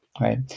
right